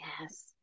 Yes